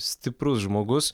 stiprus žmogus